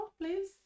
please